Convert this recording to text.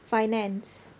finance